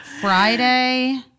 Friday